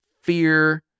fear